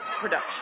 production